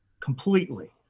completely